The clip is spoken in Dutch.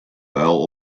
buil